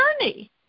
journey